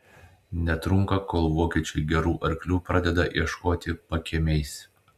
netrunka kol vokiečiai gerų arklių pradeda ieškoti pakiemiais